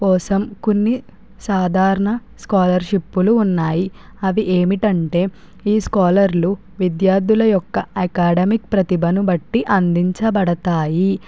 కోసం కొన్ని సాధారణ స్కాలర్షిప్పులు ఉన్నాయి అవి ఏమిటంటే ఈ స్కాలర్లు విద్యార్థుల యొక్క అకాడమిక్ ప్రతిభను బట్టి అందించబడతాయి